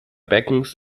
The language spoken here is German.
beckens